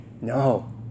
No